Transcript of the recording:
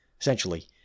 essentially